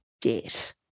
debt